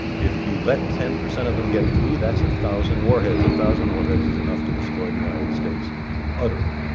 if you let ten percent of them get through, that's a thousand warheads. a thousand warheads is enough to destroy the united states utterly.